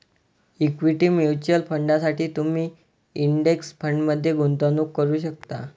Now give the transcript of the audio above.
equity mutual फंडांसाठी तुम्ही index फंडमध्ये गुंतवणूक करू शकता